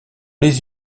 les